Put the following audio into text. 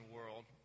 World